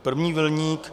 První milník.